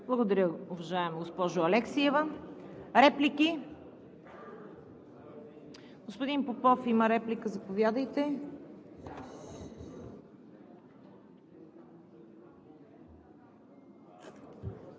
Благодаря, уважаема госпожо Алексиева. Реплики? Господин Попов има реплика. Заповядайте.